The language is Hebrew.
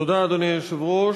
תודה, אדוני היושב-ראש.